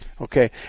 Okay